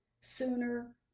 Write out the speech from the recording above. sooner